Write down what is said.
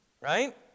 Right